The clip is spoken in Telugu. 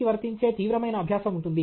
కి వర్తించే తీవ్రమైన అభ్యాసం ఉంటుంది